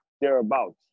thereabouts